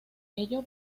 ello